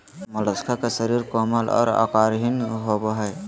Mollusca के शरीर कोमल और आकारहीन होबय हइ